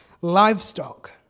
livestock